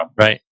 Right